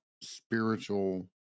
spiritual